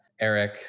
Eric